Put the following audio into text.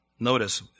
Notice